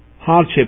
hardship